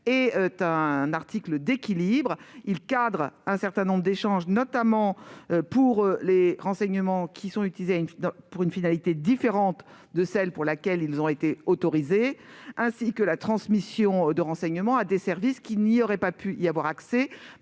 est un article d'équilibre. Il vise à encadrer un certain nombre d'échanges, notamment pour les renseignements utilisés avec une finalité différente de celle pour laquelle ils ont été autorisés, ainsi que la transmission de renseignements à des services qui n'auraient pu y avoir accès